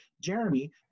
Jeremy